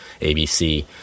ABC